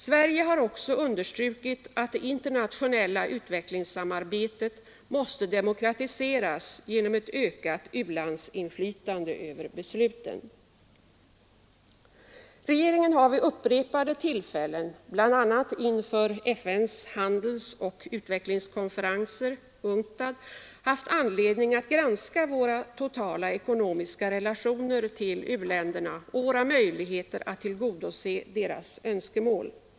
Sverige har också understrukit att det internationella utvecklingssamarbetet måste demokratiseras genom ett ökat u-landsinflytande över besluten. Regeringen har vid upprepade tillfällen — bl.a. inför FN:s handelsoch utvecklingskonferenser, UNCTAD — haft anledning att granska våra totala ekonomiska relationer till u-länderna och våra möjligheter att tillgodose deras önskemål.